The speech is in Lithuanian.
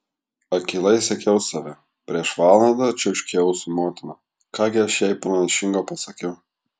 akylai sekiau save prieš valandą čiauškėjau su motina ką gi aš jai pranašingo pasakiau